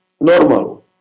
normal